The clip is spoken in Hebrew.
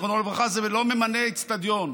זיכרונו לברכה: זה לא ממלא אצטדיון.